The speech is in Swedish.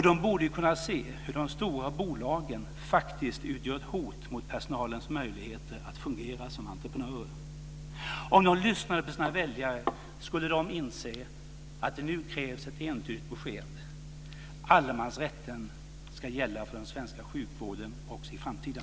De borde ju kunna se hur de stora bolagen faktiskt utgör ett hot mot personalens möjligheter att fungera som entreprenörer. Om de lyssnade på sina väljare skulle de inse att det nu krävs ett entydigt besked: Allemansrätten ska gälla för den svenska sjukvården också i framtiden.